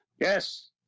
Yes